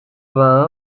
vingt